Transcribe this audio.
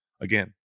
Again